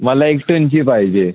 मला एक टनची पाहिजे